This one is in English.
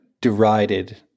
derided